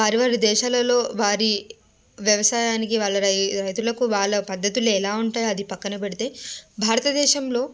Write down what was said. వారి వారి దేశాలలో వారి వ్యవసాయానికి వాళ్ళ రై రైతులకు వాళ్ళ పద్ధతులు ఎలా ఉంటాయి అది పక్కన పెడితే భారతదేశంలో